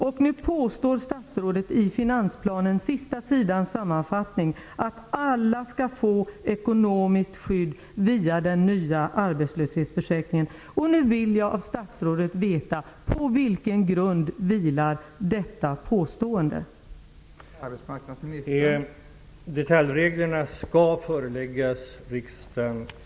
Statsrådet påstår i finansplanen, på sista sidan i sammanfattningen, att alla skall få ekonomiskt skydd via den nya arbetslöshetsförsäkringen. Nu vill jag veta på vilken grund detta påstående vilar.